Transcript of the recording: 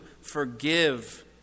forgive